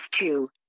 two